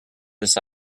this